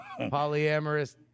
Polyamorous